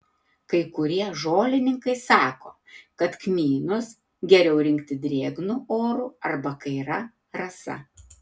kai kurie žolininkai sako kad kmynus geriau rinkti drėgnu oru arba kai yra rasa